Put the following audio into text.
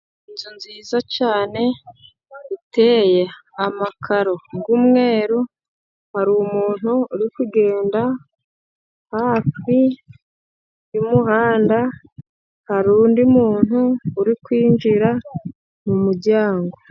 Inzu nziza cyane iteye amakaro y'umweru, hari umuntu uri kugenda hafi y'umuhanda, hari undi muntu uri kwinjira mu muryango.